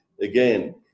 again